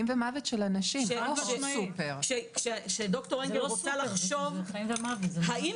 זה לא סופר כשד"ר אנגל רוצה לחשוב האם